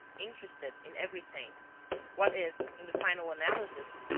interested in everything what is, in the final analysis,